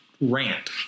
rant